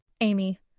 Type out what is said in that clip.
Amy